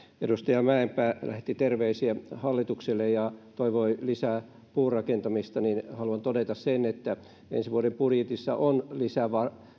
edustaja mäenpää lähetti terveisiä hallitukselle ja toivoi lisää puurakentamista niin haluan todeta sen että ensi vuoden budjetissa on lisää